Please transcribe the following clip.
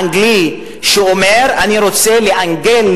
אנגלי שאומר: אני רוצה לאנגלז,